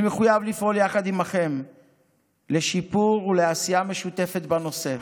אני מחויב לפעול יחד עימכם לשיפור ולעשייה משותפת בנושא.